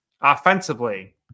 Offensively